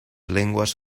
lenguas